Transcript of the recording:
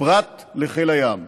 פרט לחיל הים.